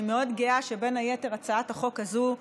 אני מאוד גאה שבין היתר הצעת החוק הזאת,